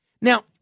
now